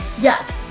Yes